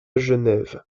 genève